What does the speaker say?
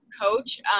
coach